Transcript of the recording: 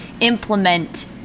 implement